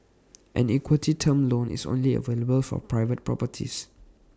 an equity term loan is only available for private properties